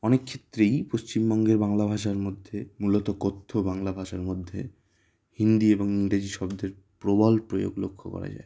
অনেক ক্ষেত্রেই পশ্চিমবঙ্গের বাংলা ভাষার মধ্যে মূলত কথ্য বাংলা ভাষার মধ্যে হিন্দি এবং ইংরেজি শব্দের প্রবল প্রয়োগ লক্ষ করা যায়